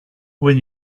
when